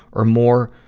or more,